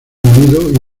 unido